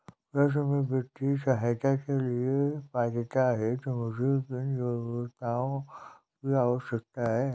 कृषि में वित्तीय सहायता के लिए पात्रता हेतु मुझे किन योग्यताओं की आवश्यकता है?